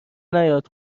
نیاد